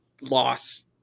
loss